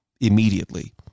immediately